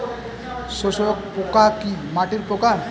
শোষক পোকা কি মাটির পোকা?